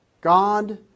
God